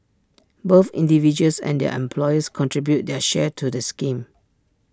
both individuals and their employers contribute their share to the scheme